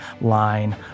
line